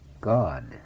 God